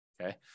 Okay